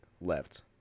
left